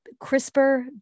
CRISPR